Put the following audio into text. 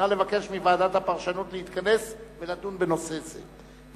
נא לבקש מוועדת הפרשנות להתכנס ולדון בנושא זה,